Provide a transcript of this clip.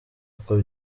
kuko